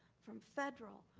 from federal,